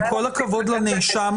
עם כל הכבוד לנאשם,